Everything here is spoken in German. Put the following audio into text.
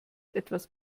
etwas